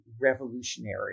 revolutionary